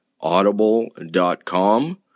Audible.com